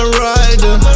rider